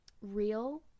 real